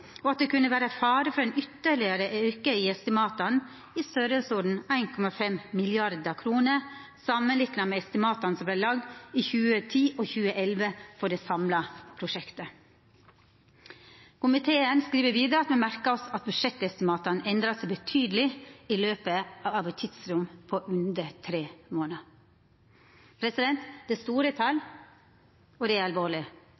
og at det kunne være fare for en ytterligere økning i estimatene i størrelsesorden 1,5 mrd. kroner, sammenlignet med estimatene som ble laget i 2010 og 2011 for det samlede prosjektet . Komiteen merker seg at budsjettestimatene endret seg betydelig i løpet av et tidsrom på under tre måneder.» Dette er store tal, og det er